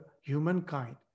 humankind